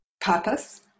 purpose